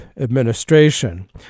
administration